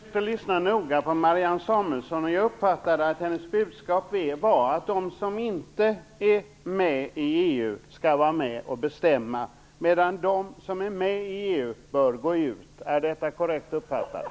Fru talman! Jag har försökt att lyssna noga på Marianne Samuelsson. Jag uppfattade att hennes budskap var att de som inte är med i EU skall vara med och bestämma, medan de som är med i EU bör gå ut. Är detta korrekt uppfattat?